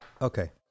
Okay